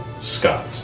Scott